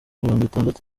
mirongwitandatu